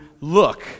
look